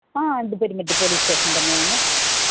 ആ അണ്ടിപരിമത്ത് police station തന്നെയാണേ